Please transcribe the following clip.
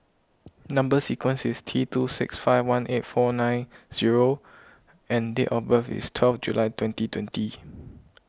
Number Sequence is T two six five one eight four nine zero and date of birth is twelve July twenty twenty